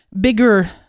bigger